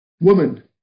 Woman